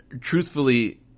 truthfully